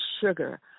sugar